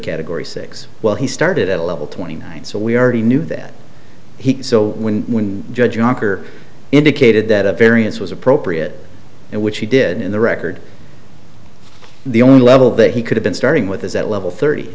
category six well he started at level twenty nine so we already knew that he so when when judge walker indicated that a variance was appropriate and which he did in the record the only level that he could have been starting with is at level thirty